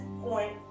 point